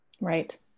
Right